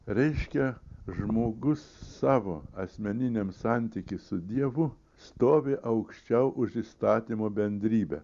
reiškia žmogus savo asmeniniam santyky su dievu stovi aukščiau už įstatymo bendrybę